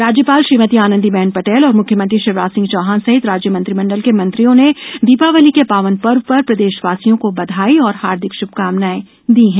राज्यपाल श्रीमती आनंदी बेन पटेल और मुख्यमंत्री शिवराज सिंह चौहान सहित राज्य मंत्रिमंडल के मंत्रियों ने दीपावली के पावन पर्व पर प्रदेशवासियों को बघाई और हार्दिक श्भकामनाएँ दी हैं